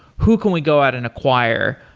who can we go out and acquire?